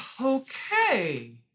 Okay